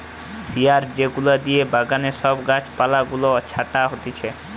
শিয়ার যেগুলা দিয়ে বাগানে সব গাছ পালা গুলা ছাটা হতিছে